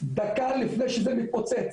דקה לפני שזה מתפוצץ,